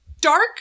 dark